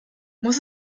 muss